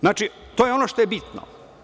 Znači, to je ono što je bitno.